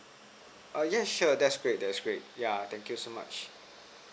err yes sure that's great that's great yeah thank you so much